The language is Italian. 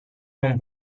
non